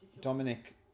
dominic